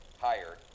hired